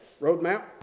Roadmap